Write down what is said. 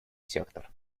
сектор